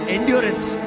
Endurance